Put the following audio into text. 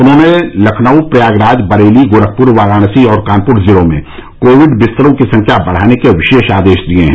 उन्होंने लखनऊ प्रयागराज बरेली गोरखपुर वाराणसी और कानपुर जिलों में कोविड बिस्तरों की संख्या बढ़ाने के विशेष आदेश दिए गए हैं